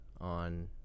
On